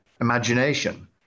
imagination